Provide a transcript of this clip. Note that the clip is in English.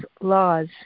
laws